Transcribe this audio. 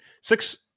six